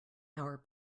our